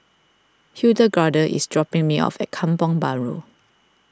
Hildegarde is dropping me off at Kampong Bahru